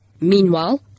Meanwhile